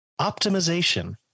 optimization